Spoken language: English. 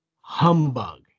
Humbug